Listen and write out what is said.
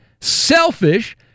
selfish